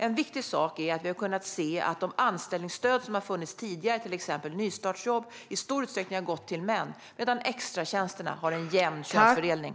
En viktig sak är att vi har kunnat se att de anställningsstöd som har funnits tidigare, till exempel nystartsjobb, i stor utsträckning har gått till män medan extratjänsterna har en jämn könsfördelning.